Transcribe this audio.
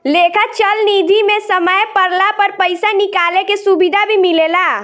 लेखा चल निधी मे समय पड़ला पर पइसा निकाले के सुविधा भी मिलेला